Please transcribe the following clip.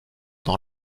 dans